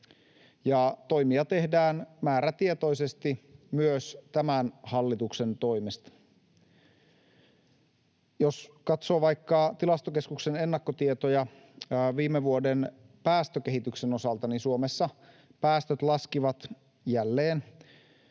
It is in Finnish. toimia tehdään määrätietoisesti myös tämän hallituksen toimesta. Jos katsoo vaikka Tilastokeskuksen ennakkotietoja viime vuoden päästökehityksen osalta, niin Suomessa päästöt laskivat jälleen